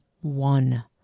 one